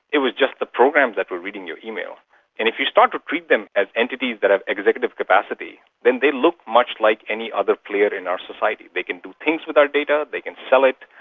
it was just the programs that were reading your email. and if you start to treat them as entities that have executive capacity, then they look much like any other player in our society, they can do things with our data, they can sell it,